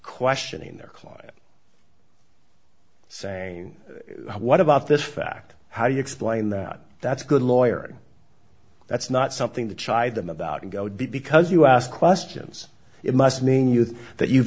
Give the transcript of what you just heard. questioning their client saying what about this fact how do you explain that that's a good lawyer that's not something to chide them about and go because you ask questions it must mean you think that you've